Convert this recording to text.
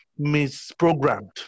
misprogrammed